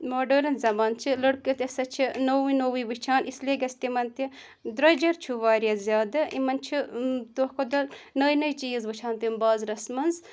modern زمانہٕ چھِ لٔڑکہِ تہِ ہَسا چھِ نوٚوُے نوٚوُے وٕچھان اِسلیے گژھِ تِمَن تہِ درٛوٚجَر چھُ واریاہ زیادٕ یِمَن چھِ دۄہ کھۄ دۄہ نٔے نٔے چیٖز وٕچھان تِم بازرَس منٛز